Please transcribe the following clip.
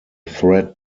threat